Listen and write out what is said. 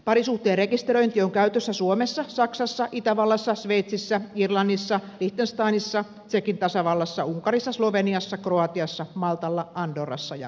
parisuhteen rekisteröinti on käytössä suomessa saksassa itävallassa sveitsissä irlannissa liechtensteinissä tsekin tasavallassa unkarissa sloveniassa kroatiassa maltalla andorrassa ja virossa